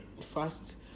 fast